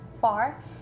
far